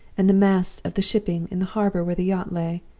and the masts of the shipping in the harbor where the yacht lay!